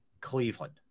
Cleveland